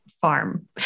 farm